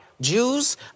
Jews